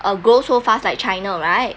uh grow so fast like china right